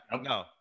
no